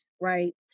right